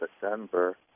December